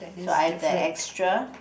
so I have the extra